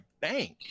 bank